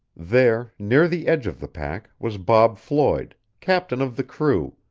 there, near the edge of the pack, was bob floyd, captain of the crew,